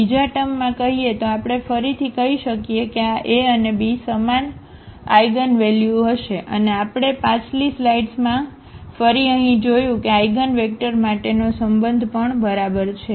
બીજા ટમૅમાં કહીએ તો આપણે ફરીથી કહી શકીએ કે આ a અને b સમાન આઇગનવેલ્યુ હશે અને આપણે પાછલી સ્લાઇડ્સમાં ફરી અહીં જોયું કે આઇગનવેક્ટર માટેનો સંબંધ પણ બરાબર છે